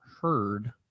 heard